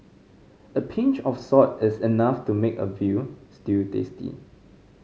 a pinch of salt is enough to make a veal stew tasty